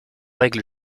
règle